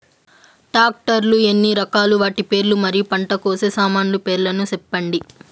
Tractor లు ఎన్ని రకాలు? వాటి పేర్లు మరియు పంట కోసే సామాన్లు పేర్లను సెప్పండి?